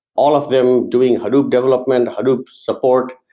all of them doing hadoop development, hadoop support,